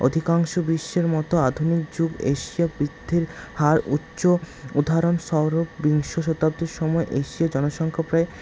অধিকাংশ বিশ্বের মতো আধুনিক যুগ এশিয়া বৃদ্ধির হার উচ্চ উদাহরণস্বরূপ বিংশ শতাব্দীর সময় এশিয় জনসংখ্যা প্রায়